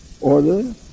order